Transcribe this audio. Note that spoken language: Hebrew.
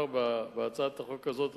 בהצעת החוק הזאת,